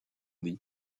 dit